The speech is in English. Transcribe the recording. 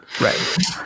Right